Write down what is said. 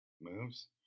moves